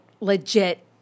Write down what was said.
legit